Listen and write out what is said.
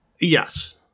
Yes